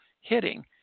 hitting